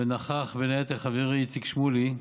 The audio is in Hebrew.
ונכח בו בין היתר חברי איציק שמולי.